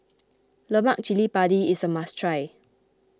Lemak Cili Padi is a must try